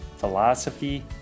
philosophy